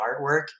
artwork